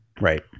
Right